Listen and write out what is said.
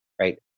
right